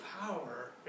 power